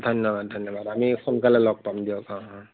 ধন্যবাদ ধন্যবাদ আমি সোনকালে লগ পাম দিয়ক অঁ অঁ